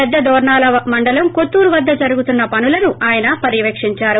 పెద్దదోర్పాల మండలం కొత్తూరు వద్ద జరుగుతున్న పనులను ఆయన పర్వవేకించారు